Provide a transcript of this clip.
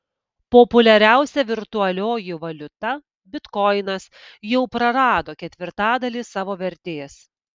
populiariausia virtualioji valiuta bitkoinas jau prarado ketvirtadalį savo vertės